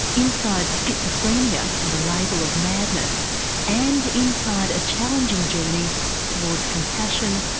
inside schizophrenia and the label of madness and inside a challenging journey towards compassion,